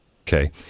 Okay